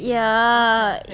ya